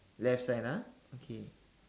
left hand ah okay